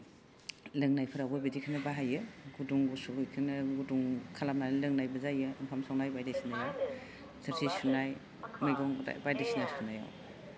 लोंनायफोरावबो बिदिखौनो बाहायो गुदुं गुसु बेखोनो गुदुं खालामनानै लोंनायबो जायो ओंखाम संनाय बायदि सिना थोरसि सुनाय मैगं बायदिसना सुनायाव